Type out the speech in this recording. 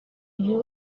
iyo